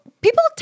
people